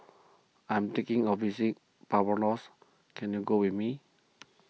I am thinking of visiting Barbados can you go with me